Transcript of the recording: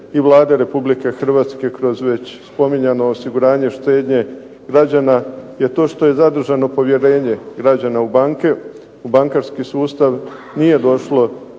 i Vlade Republike Hrvatske kroz već spominjano osiguranje štednje građana je to što je zadržano povjerenje građana u banke. U bankarski sustav nije došlo